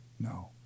No